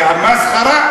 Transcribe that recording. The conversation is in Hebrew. המסחרה?